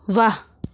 वाह